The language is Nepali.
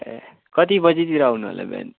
ए कति बजीतिर आउनु होला बिहान